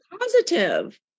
positive